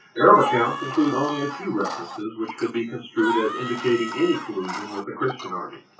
arab accounts include only a few references which could be construed as indicating any collusion with the christian army.